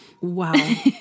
Wow